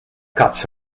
cuts